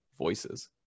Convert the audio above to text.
voices